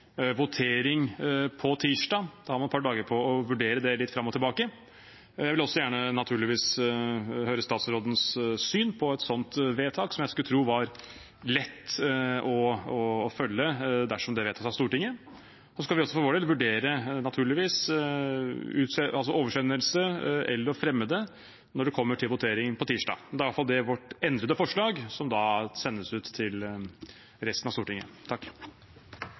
votering på tirsdag. Da har man et par dager på å vurdere det litt fram og tilbake. Jeg vil naturligvis også gjerne høre statsrådens syn på et sånt vedtak, som jeg skulle tro var lett å følge dersom det vedtas av Stortinget. Så skal vi for vår del naturligvis også vurdere oversendelse eller å fremme det når det kommer til votering på tirsdag. Men da er i hvert fall det vårt endrede forslag, som sendes ut til resten av Stortinget.